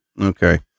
Okay